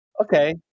Okay